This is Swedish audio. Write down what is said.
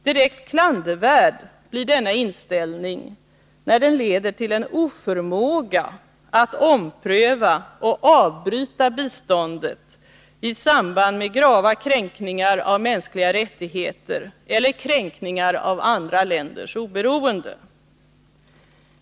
Direkt klandervärd blir denna inställning när den leder till en oförmåga att ompröva och avbryta biståndet i samband med grava kränkningar av mänskliga rättigheter eller kränkningar av andra länders oberoende.